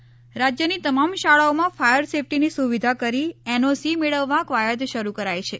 fire safety રાજ્યની તમામ શાળાઓમાં ફાયર સેફટીની સુવિધા કરી એનઓસી મેળવવા કવાયત શરૂ કરાઈ છે